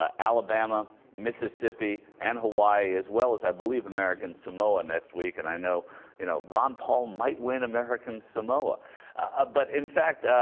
ah alabama mississippi and hawaii as well as i believe american samoa next week and i know you know ron paul might win american samoa samoa abut in fact ah.